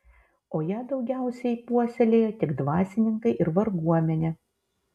o ją daugiausiai puoselėjo tik dvasininkai ir varguomenė